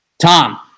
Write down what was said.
Tom